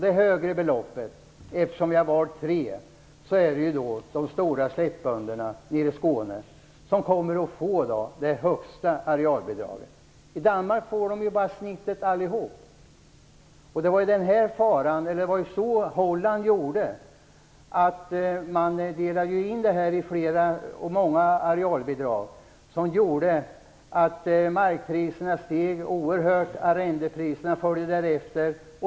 Det högre beloppet, eftersom vi har valt tre, får de stora slättbönderna i Skåne. De kommer att få det högsta arealbidraget. I Danmark får de ju bara snittet allihop. Det var ju så Holland gjorde. Man delade in detta i många arealbidrag. Det gjorde att markpriserna steg oerhört. Arrendepriserna följde därefter.